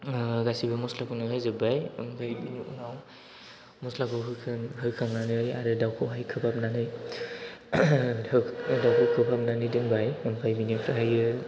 गासिबो मस्लाखौनो होजोबबाय ओमफ्राय बिनि उनाव मस्लाखौ होखांनानै आरो दाउखौहाय खोबहाबनानै दाउखौ खोबहाबनानै दोनबाय ओमफ्राय बिनिफ्रायो